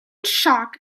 shock